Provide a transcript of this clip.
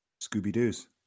scooby-doos